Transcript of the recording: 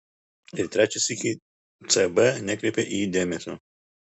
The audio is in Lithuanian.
ir trečią sykį cb nekreipė į jį dėmesio